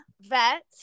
vet